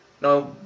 now